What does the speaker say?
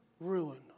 ruin